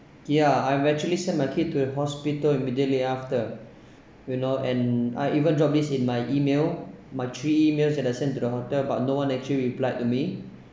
yeah I'm actually sent my kid to the hospital immediately after you know and I even drop this in my email my three emails that I sent to the hotel but no one actually replied to me